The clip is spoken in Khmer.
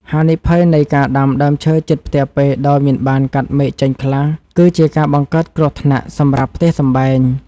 ហានិភ័យនៃការដាំដើមឈើជិតផ្ទះពេកដោយមិនបានកាត់មែកចេញខ្លះ គឺជាការបង្កើតគ្រោះថ្នាក់សម្រាប់ផ្ទះសម្បែង។